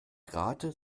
gerade